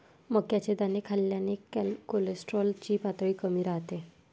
मक्याचे दाणे खाल्ल्याने कोलेस्टेरॉल ची पातळी कमी राहते